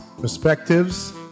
perspectives